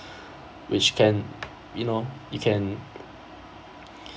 which can you know you can